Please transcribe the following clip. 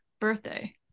birthday